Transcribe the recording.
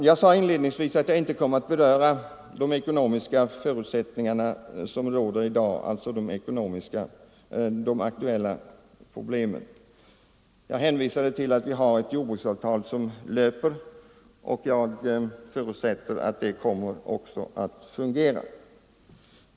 Jag sade inledningsvis att jag inte skulle komma att beröra de ekonomiska förutsättningar som råder i dag. Jag hänvisade till det nu löpande jordbruksavtalet, och jag förutsätter att det kommer att fungera.